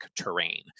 terrain